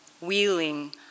wheeling